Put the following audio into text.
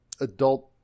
adult